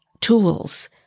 tools